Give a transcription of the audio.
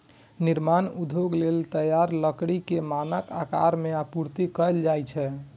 निर्माण उद्योग लेल तैयार लकड़ी कें मानक आकार मे आपूर्ति कैल जाइ छै